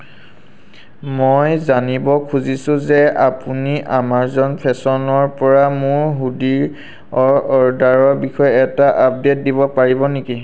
মই জানিব খুজিছোঁ যে আপুনি আমাজন ফেশ্বনৰপৰা মোৰ হুডিৰ অৰ্ডাৰৰ বিষয়ে এটা আপডে'ট দিব পাৰিব নেকি